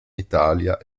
italia